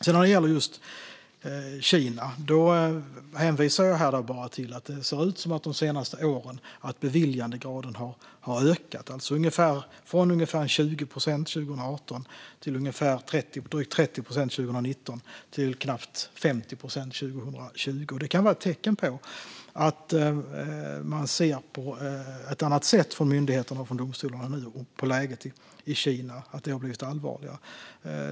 När det sedan gäller just Kina hänvisar jag här bara till att beviljandegraden de senaste åren ser ut att ha ökat, från ungefär 20 procent 2018 till drygt 30 procent 2019 och till knappt 50 procent 2020. Det kan vara ett tecken på att myndigheterna och domstolarna nu ser på läget i Kina på ett annat sätt, att det har blivit allvarligare.